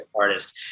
artist